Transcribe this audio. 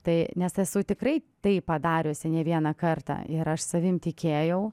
tai nes esu tikrai taip padariusi ne vieną kartą ir aš savim tikėjau